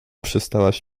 przestałaś